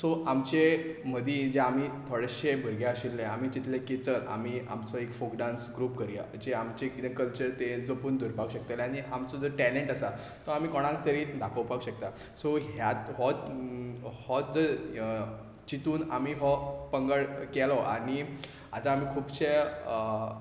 आमचे मदीं जे आमी थोडेशे भुरगे आशिल्ले आमी चिंतलें की चल आमचो एक फोक डान्स ग्रूप करया जे कितें कल्चर जपून दवरपाक शकतले आनी आमचो जो टॅलंट आसा तो आमी कोणाक तरी दाखोवपाक शकता सो होच तातूंत आमी हो पंगड केलो आनी आतां आमी खुबशे